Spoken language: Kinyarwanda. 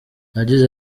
yagize